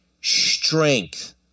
strength